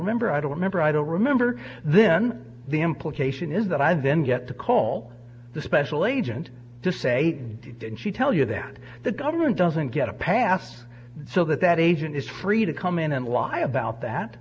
remember i don't remember i don't remember then the implication is that i then get to call the special agent to say did she tell you that the government doesn't get a pass so that that agent is free to come in and lie about that